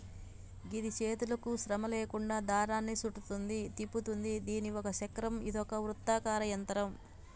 గిది చేతులకు శ్రమ లేకుండా దారాన్ని సుట్టుద్ది, తిప్పుతుంది దీని ఒక చక్రం ఇదొక వృత్తాకార యంత్రం